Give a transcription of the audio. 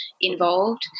involved